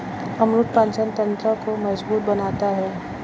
अमरूद पाचन तंत्र को मजबूत बनाता है